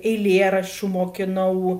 eilėraščių mokinau